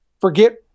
Forget